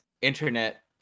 internet